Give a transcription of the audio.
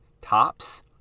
tops